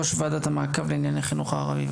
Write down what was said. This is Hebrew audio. ראש ועדת המעקב לענייני החינוך הערבי,